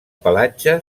pelatge